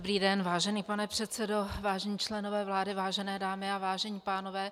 Dobrý den, vážený pane předsedo, vážení členové vlády, vážené dámy a vážení pánové.